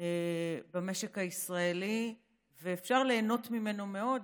במשק הישראלי ואפשר ליהנות ממנו מאוד,